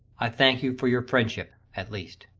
i thank you for your friendship, at least.